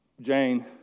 Jane